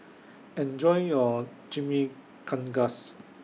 Enjoy your Chimichangas